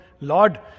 Lord